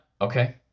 Okay